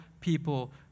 people